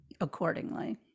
accordingly